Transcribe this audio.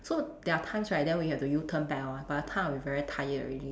so there are times right then we have to U turn back lor by that time I will be very tired already